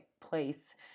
place